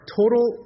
total